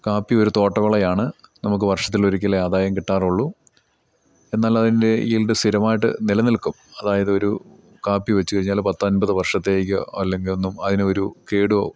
കാപ്പി ഒരു തോട്ടവിളയാണ് നമുക്ക് വർഷത്തിലൊരിക്കലെ ആദായം കിട്ടാറുള്ളൂ എന്നാൽ അതിൻ്റെ ഈൽഡ് സ്ഥിരമായിട്ട് നിലനിൽക്കും അതായത് ഒരു കാപ്പി വെച്ചു കഴിഞ്ഞാൽ പത്തൻപത് വർഷത്തേക്കോ അല്ലെങ്കിൽ ഒന്നും അതിനൊരു കേടോ